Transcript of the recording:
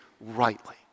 rightly